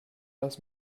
lass